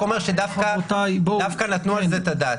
אני רק אומר שדווקא נתנו על זה את הדעת.